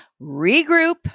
regroup